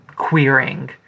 Queering